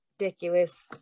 ridiculous